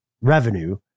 revenue